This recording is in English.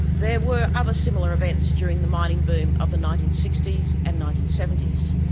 there were other similar events during the mining boom of the nineteen sixty s and nineteen seventy s.